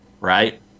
right